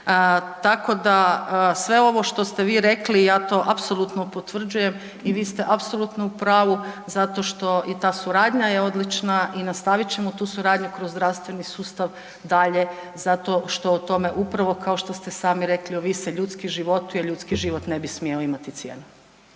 Tako da sve ovo što ste vi rekli, ja to apsolutno potvrđujem i vi ste apsolutno u pravu zato što je ta suradnja je odlična i nastavit ćemo tu suradnju kroz zdravstveni sustav dalje zato što o tome upravo kao što ste sami rekli, ovise ljudski životi jer ljudski život ne bi smio imat cijenu.